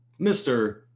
Mr